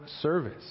service